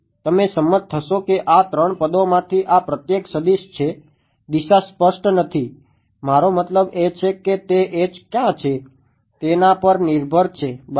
દિશા સ્પષ્ટ નથી મારો મતલબ એ છે કે તે H ક્યાં છે તેના પર નિર્ભર છે બરાબર